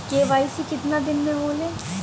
KYC कितना दिन में होले?